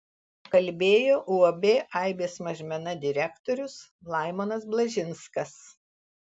kalbėjo uab aibės mažmena direktorius laimonas blažinskas